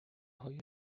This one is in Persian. های